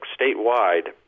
statewide